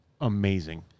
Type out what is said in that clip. amazing